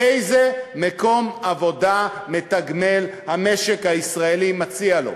איזה מקום עבודה מתגמל המשק הישראלי מציע להם?